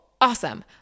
awesome